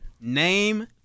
Name